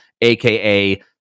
aka